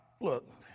Look